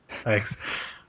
Thanks